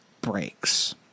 breaks